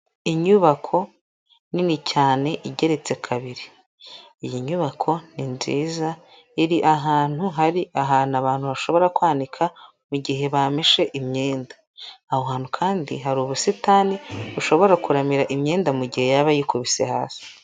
Inyubako nini cyane igeretse kabiri, iyi nyubako ni nziza iri ahantu hari ahantu abantu bashobora kwanika mu gihe bameshe imyenda, aho hantu kandi hari ubusitani bushobora kuramira imyenda mu gihe yaba yikubise hasi.